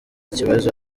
kibazo